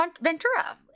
Ventura